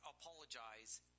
apologize